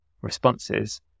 responses